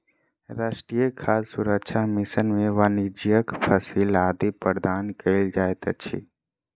राष्ट्रीय खाद्य सुरक्षा मिशन में वाणिज्यक फसिल आदि प्रदान कयल जाइत अछि